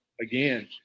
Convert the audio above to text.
again